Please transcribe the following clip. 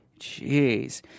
Jeez